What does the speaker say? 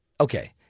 okay